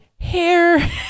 Hair